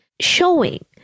showing